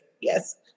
Yes